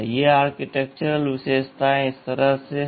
ये आर्किटेक्चरल विशेषताएं इस तरह हैं